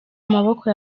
maboko